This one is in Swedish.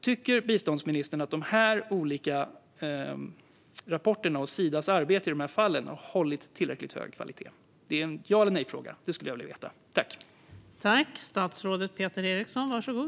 Tycker biståndsministern att de olika rapporterna och Sidas arbete i de här fallen har hållit tillräckligt hög kvalitet? Det skulle jag vilja veta. Det är en ja-eller-nej-fråga.